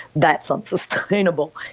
that's unsustainable.